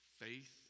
Faith